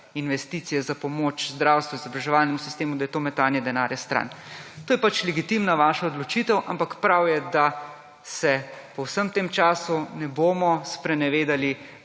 investicije za pomoč zdravstvu, izobraževalnemu sistemu, da je to metanje denarja stran. To je pač legitimna vaša odločitev, ampak prav je, da se po vsem tem času ne bomo sprenevedali